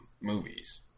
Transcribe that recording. movies